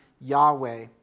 Yahweh